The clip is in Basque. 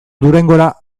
durangora